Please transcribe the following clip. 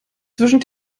zwischen